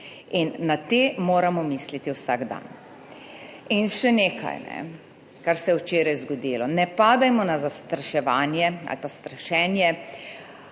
in na te moramo misliti vsak dan. In še nekaj, kar se je včeraj zgodilo. Ne padajmo na zastraševanje ali pa strašenje